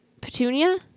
Petunia